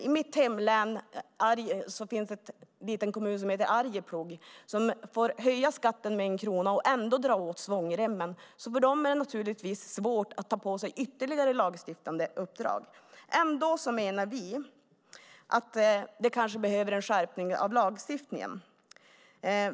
I mitt hemlän finns det en liten kommun som heter Arjeplog som får höja skatten med 1 krona och ändå dra åt svångremmen. För dem är det naturligtvis svårt att ta på sig ytterligare lagstiftande uppdrag. Ändå menar vi att det kanske behövs en skärpning av lagstiftningen.